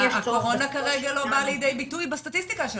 אם יש צורך --- הקורונה כרגע לא באה לידי ביטוי בסטטיסטיקה שלכם.